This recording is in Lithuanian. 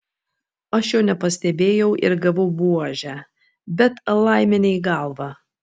aš jo nepastebėjau ir gavau buože bet laimė ne į galvą